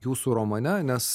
jūsų romane nes